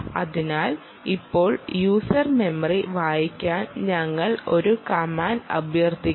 അതിനാൽ ഇപ്പോൾ user memory വായിക്കാൻ ഞങ്ങൾ ഒരു കമാൻഡ് അഭ്യർത്ഥിക്കുന്നു